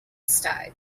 side